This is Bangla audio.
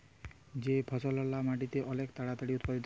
যে ফসললা মাটিতে অলেক তাড়াতাড়ি উৎপাদল হ্যয়